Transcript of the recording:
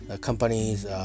companies